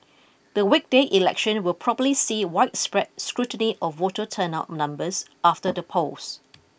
the weekday election will probably see widespread scrutiny of voter turnout numbers after the polls